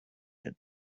had